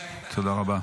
תודה רבה.